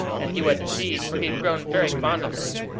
and he was indeed, for he had grown very fond of him.